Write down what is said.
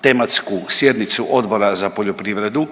tematsku sjednicu Odbora za poljoprivredu